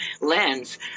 lens